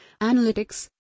Analytics